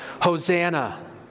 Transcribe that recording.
Hosanna